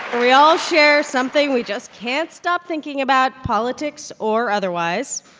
we all share something we just can't stop thinking about politics or otherwise.